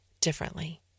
differently